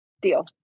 Deal